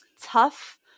tough